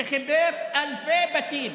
שחיבר אלפי בתים,